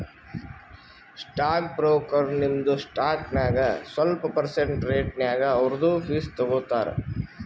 stock broker ನಿಮ್ದು stock ನಾಗ್ ಸ್ವಲ್ಪ ಪರ್ಸೆಂಟ್ ರೇಟ್ನಾಗ್ ಅವ್ರದು ಫೀಸ್ ತಗೋತಾರ